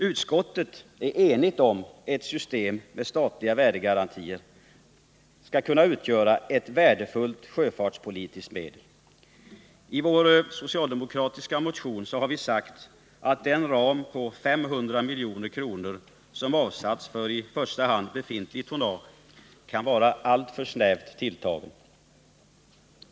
Utskottet är enigt om att ett system med statliga värdegarantier kan utgöra ett värdefullt sjöfartspolitiskt medel. I vår socialdemokratiska motion har vi sagt att en ram på 500 milj.kr. som avsatts för i första hand befintligt tonnage kan vara alltför snävt tilltagen.